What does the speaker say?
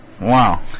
Wow